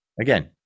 again